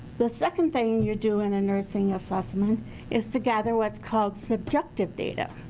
the second thing you do in a nursing assessment is to gather what's called subjective data.